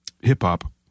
hip-hop